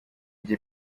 gihe